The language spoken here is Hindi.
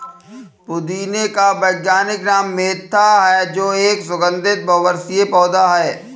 पुदीने का वैज्ञानिक नाम मेंथा है जो एक सुगन्धित बहुवर्षीय पौधा है